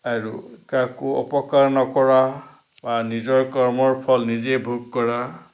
আৰু কাকো অপকাৰ নকৰা বা নিজৰ কৰ্মৰ ফল নিজে ভোগ কৰা